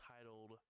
titled